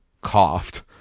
coughed